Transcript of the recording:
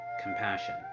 compassion